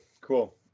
cool